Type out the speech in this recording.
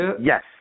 Yes